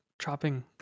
chopping